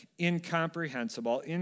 incomprehensible